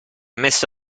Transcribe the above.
messo